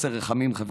חוסר רחמים חברתי.